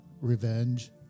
revenge